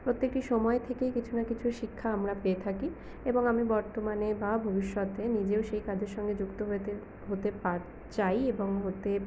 প্রত্যেকটি সময় থেকেই কিছু না কিছু শিক্ষা আমরা পেয়ে থাকি এবং আমি বর্তমানে বা ভবিষ্যতে নিজেও সেই কাজের সঙ্গে যুক্ত হতে হতে পার চাই এবং হতে